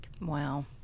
Wow